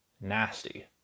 Nasty